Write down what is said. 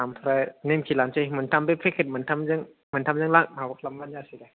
आमफ्राय निमकि लानसै बे मोनथाम बे पेकेट मोनथोमजों मोनथामजों लन माबा खालाम्बानो जागोन